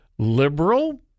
Liberal